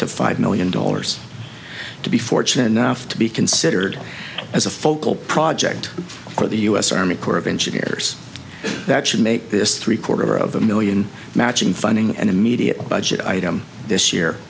to five million dollars to be fortunate enough to be considered as a focal project for the u s army corps of engineers that should make this three quarter of a million matching funding and immediately budget item this year